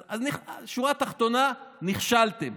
אבל בשורה התחתונה: נכשלתם.